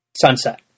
sunset